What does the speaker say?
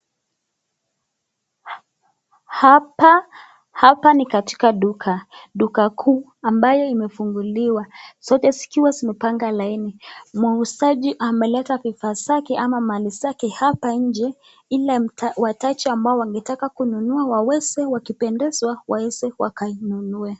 Hapa ni katika duka, duka kuu ambayo imefunguliwa, zote zikiwa zimepanga laini. Muuzaji ameleta bidhaa na mali zake hapa nje ili wahitaji ambao wangetaka kukunua ili waweze wakipendezwa waweze wakainunue.